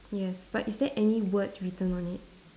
yes but is there any words written on it